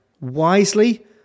wisely